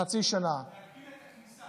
בחצי שנה, להגביל את הכניסה.